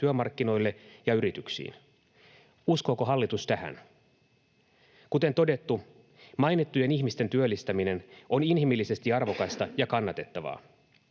työmarkkinoille ja yrityksiin. Uskooko hallitus tähän? Kuten todettu, mainittujen ihmisten työllistäminen on inhimillisesti arvokasta ja kannatettavaa.